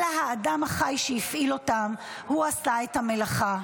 אלא האדם החי שהפעיל אותם, הוא עשה את המלאכה.